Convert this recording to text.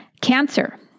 Cancer